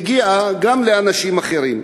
והגיעה גם לאנשים אחרים.